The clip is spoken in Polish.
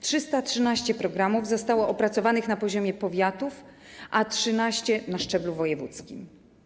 313 programów zostało opracowanych na poziomie powiatów, a 13 - na szczeblu wojewódzkim.